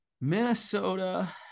Minnesota